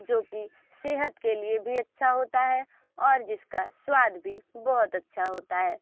जो की सेहत के लिए भी अच्छा होता है और जिसका स्वाद भी बहुत अच्छा होता है